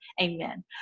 amen